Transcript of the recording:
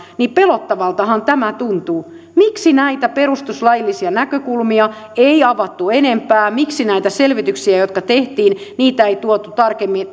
niin pelottavaltahan tämä tuntuu miksi näitä perustuslaillisia näkökulmia ei avattu enempää miksi näitä selvityksiä jotka tehtiin ei tuotu tarkemmin